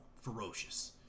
Ferocious